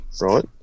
right